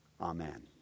Amen